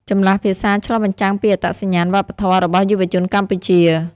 ចម្លាស់ភាសាឆ្លុះបញ្ចាំងពីអត្តសញ្ញាណវប្បធម៌របស់យុវជនកម្ពុជា។